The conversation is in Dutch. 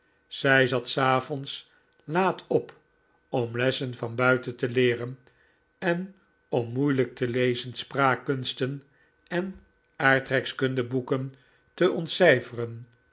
zij zat s avonds laat op om lessen van buiten te leeren en om moeilijk te lezen spraakkunsten en aardrijkskundeboeken te ontcijferen